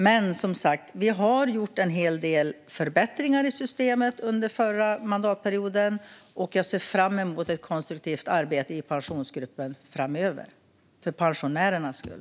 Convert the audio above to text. Vi gjorde som sagt en hel del förbättringar i systemet under förra mandatperioden. Jag ser fram emot ett konstruktivt arbete i Pensionsgruppen framöver, för pensionärernas skull.